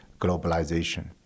globalization